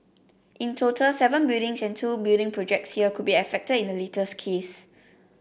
in total seven buildings and two building projects here could be affected in the latest case